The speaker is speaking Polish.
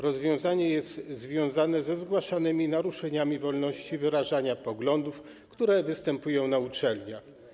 Rozwiązanie jest związane ze zgłaszanymi naruszeniami wolności wyrażania poglądów, które występują na uczelniach.